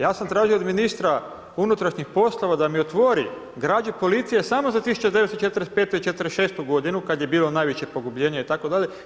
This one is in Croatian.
Ja sam tražio od ministra unutrašnjih poslova da mi otvori građu policije samo za 1945. i '46. godinu kad je bilo najveće pogubljenje itd.